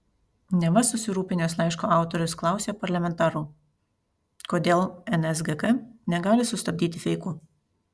neva susirūpinęs laiško autorius klausė parlamentarų kodėl nsgk negali sustabdyti feikų